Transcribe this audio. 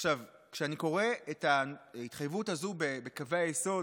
כשאני קורא את ההתחייבות הזאת בקווי היסוד,